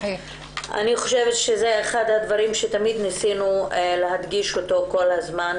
זה אחד הדברים שניסינו להדגיש כל הזמן,